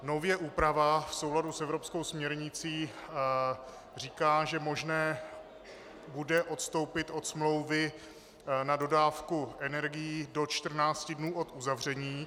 Nově úprava v souladu s evropskou směrnicí říká, že možné bude odstoupit od smlouvy na dodávku energií do 14 dnů od uzavření.